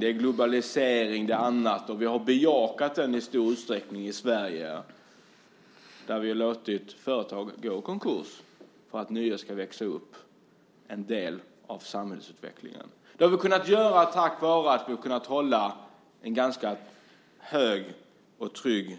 Det är globalisering och annat, och vi har bejakat detta i stor utsträckning i Sverige. Vi har låtit företag gå i konkurs för att nya ska växa upp. Det är en del av samhällsutvecklingen. Det har vi kunnat göra tack vare att vi har kunnat ha en ganska hög och trygg